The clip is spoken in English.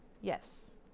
Yes